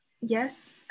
Yes